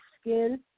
Skin